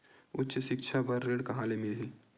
उच्च सिक्छा बर ऋण कहां ले मिलही?